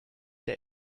der